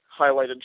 highlighted